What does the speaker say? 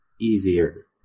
easier